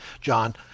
John